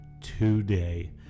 today